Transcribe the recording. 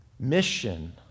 Mission